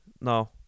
no